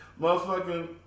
motherfucking